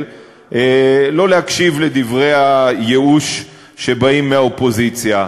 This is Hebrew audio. לא להקשיב לדברי הייאוש שבאים מהאופוזיציה.